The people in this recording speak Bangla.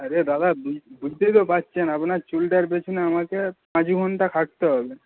আরে দাদা বুঝ বুঝতেই তো পারছেন আপনার চুলটার পেছনে আমাকে পাঁচ ঘন্টা খাটতে হবে